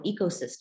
ecosystem